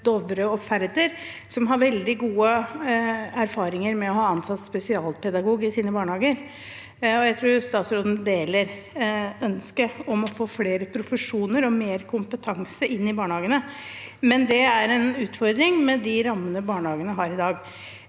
Dovre og Færder, som har veldig gode erfaringer med å ha ansatt spesialpedagog i sine barnehager. Jeg tror statsråden deler ønsket om å få flere profesjoner og mer kompetanse inn i barnehagene, men det er en utfordring med de rammene barnehagene har i dag.